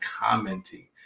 commenting